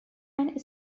and